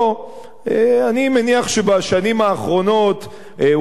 אני מניח שבשנים האחרונות הוא היה יודע,